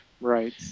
Right